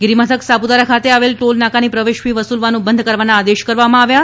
toll નાકા ગિરિમથક સાપુતારા ખાતે આવેલ ટોલ નાકાની પ્રવેશ ફી વસુલવાનુ બંધ કરવાના આદેશ કરવામાં આવ્યા છે